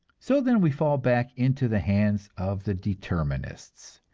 so then we fall back into the hands of the determinists,